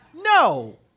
no